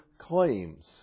claims